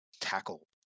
tackle